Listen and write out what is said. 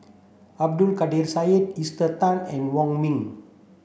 Abdul Kadir Syed Esther Tan and Wong Ming